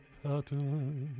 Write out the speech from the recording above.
pattern